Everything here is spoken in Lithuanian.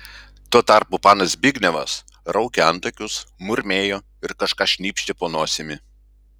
tuo tarpu panas zbignevas raukė antakius murmėjo ir kažką šnypštė po nosimi